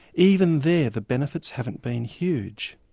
even there the benefits haven't been huge.